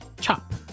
Chop